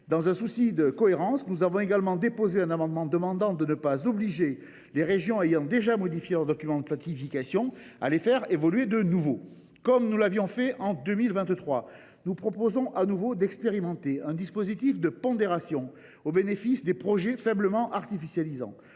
Dans un souci de cohérence, nous avons également déposé un amendement visant à ne pas obliger les régions ayant déjà modifié leur document de planification à faire évoluer celui ci de nouveau. Comme en 2023, nous proposons de nouveau d’expérimenter un dispositif de pondération au bénéfice des projets ne conduisant